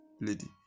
lady